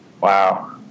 Wow